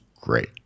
great